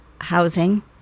housing